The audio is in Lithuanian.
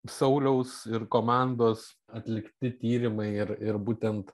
sauliaus ir komandos atlikti tyrimai ir ir būtent